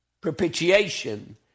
Propitiation